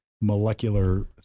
molecular